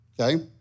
okay